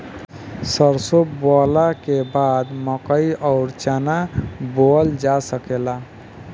सरसों बोअला के बाद मकई अउर चना बोअल जा सकेला